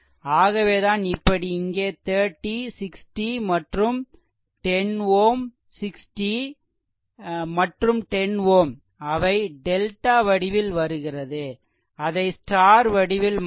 அகவேதான் இப்படி இங்கே 30 60 மற்றும் 10 Ω 60 மற்றும் 10 Ω அவை டெல்டா வடிவில் வருகிறது அதை ஸ்டார் வடிவில் மாற்ற வேண்டும்